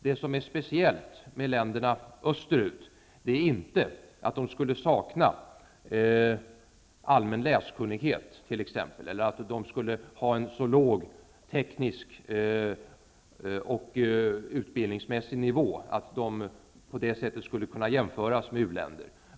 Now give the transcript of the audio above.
Det som är speciellt med länderna österut är inte att människorna där t.ex. skulle sakna allmän läskunnighet eller att den tekniska och utbildningsmässiga nivån skulle vara så låg att länderna på det sättet skulle kunna jämföras med u-länder.